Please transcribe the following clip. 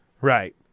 Right